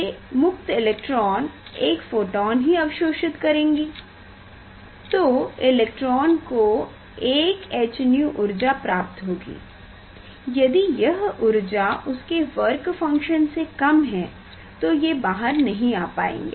ये मुक्त इलेक्ट्रॉन एक फोटोन ही अवशोषित करेंगी तो इलेक्ट्रॉन को एक h𝛎 ऊर्जा प्राप्त होगी यदि यह ऊर्जा उसकी वर्क फंक्शन से कम है तो ये बाहर नहीं आ पायेंगे